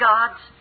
God's